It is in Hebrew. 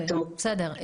בסדר.